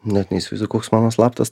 net neįsivaizduoju koks mano slaptas